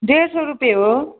डेढ सौ रुपियाँ हो